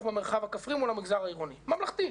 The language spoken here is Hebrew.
במרחב הכפרי מול המגזר העירוני בממלכתי,